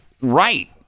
right